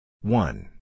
one